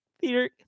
Theater